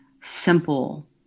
simple